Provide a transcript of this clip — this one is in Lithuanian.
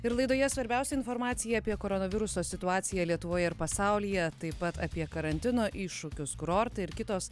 ir laidoje svarbiausią informaciją apie koronaviruso situaciją lietuvoje ir pasaulyje taip pat apie karantino iššūkius kurortai ir kitos